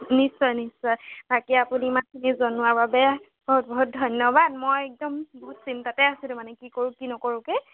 নিশ্চয় নিশ্চয় বাকী আপুনি ইমানখিনি জনোৱাৰ বাবে বহুত বহুত ধন্যবাদ মই একদম বহুত চিন্তাতে আছিলোঁ মানে কি কৰোঁ কি নকৰোঁকে